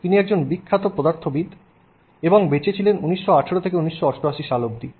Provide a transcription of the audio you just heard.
তিনি হলেন একজন বিখ্যাত পদার্থবিদ এবং তিনি বেঁচে ছিলেন 1918 থেকে 1988 সাল অবধি